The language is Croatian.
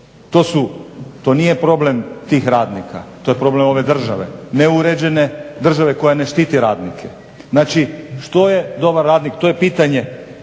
To nije problem tih radnika, to je problem ove države, neuređene države koja ne štiti radnike. Znači, što je dobar radnik? To je pitanje